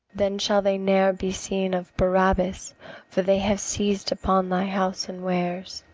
then shall they ne'er be seen of barabas for they have seiz'd upon thy house and wares.